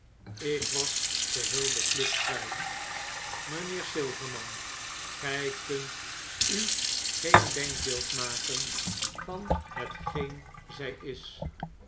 ik was geheel de kluts kwyt mynheer silverman gy kunt u geen denkbeeld maken van hetgeen zy is